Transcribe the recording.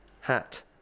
hat